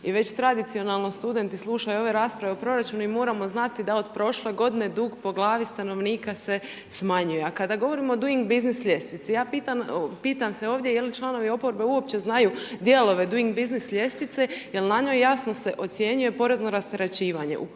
i već tradicionalno studenti slušaju ove rasprave o proračunu i moramo znati da od prošle godine dug po glavi stanovnika se smanjuje. A kada govorimo o doing business ljestivici, ja pitam, pitam se ovdje, je li članovi oporbe uopće znaju dijelove doing business ljestvice jer na njoj jasno se ocjenjuje porezno rasterećivanje.